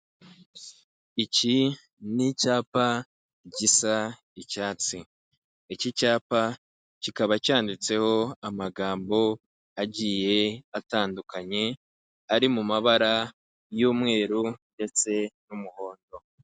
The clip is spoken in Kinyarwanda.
Iki ni icyapa gisa icyatsi, iki cyapa kikaba cyanditseho amagambo agiye atandukanye ari mu mabara y'umweru ndetse n'umuhondo.